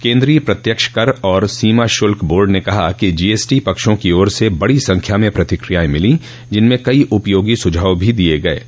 केन्द्रीय प्रत्यक्ष कर और सीमा शुल्क बोर्ड ने कहा कि जीएसटी पक्षों की ओर से बड़ी संख्या में प्रतिक्रियाएं मिलीं जिनमें कई उपयोगी सुझाव भी दिए गए हैं